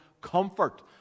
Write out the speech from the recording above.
comfort